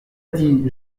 dit